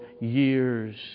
years